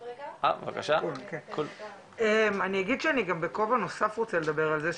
אני אגיד שאני גם בכובע נוסף רוצה לדבר על זה,